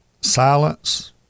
Silence